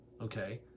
okay